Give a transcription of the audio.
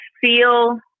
feel